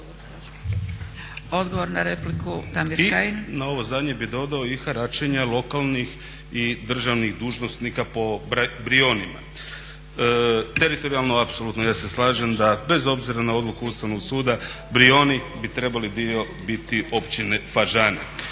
Odgovor na repliku Jakša Puljiz.